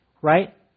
Right